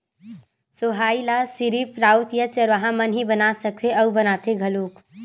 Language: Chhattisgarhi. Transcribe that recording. सोहई ल सिरिफ राउत या चरवाहा मन ही बना सकथे अउ बनाथे घलोक